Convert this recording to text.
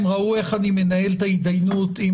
הם ראו איך אני מנהל את ההתדיינות עם